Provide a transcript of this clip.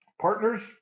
partners